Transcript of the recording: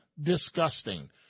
disgusting